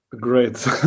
Great